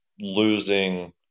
losing